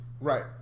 Right